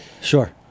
Sure